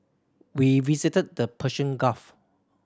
we visited the Persian Gulf